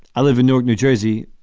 i live in newark, new jersey.